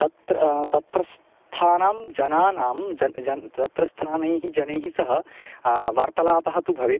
तत्र तत्रस्थानां जनानां जनः जनः तत्रस्थानैः जनैः सह वार्तलापः तु भवेत्